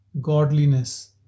godliness